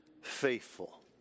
faithful